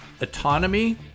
autonomy